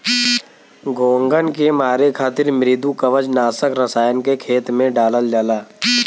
घोंघन के मारे खातिर मृदुकवच नाशक रसायन के खेत में डालल जाला